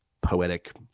poetic